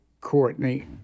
Courtney